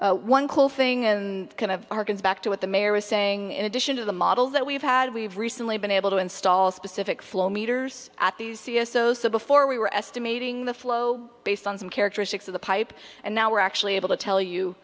one cool thing and kind of harkens back to what the mayor was saying in addition to the model that we've had we've recently been able to install specific flow meters at these before we were estimating the flow based on some characteristics of the pipe and now we're actually able to tell you